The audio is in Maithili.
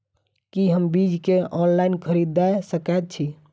की हम बीज केँ ऑनलाइन खरीदै सकैत छी?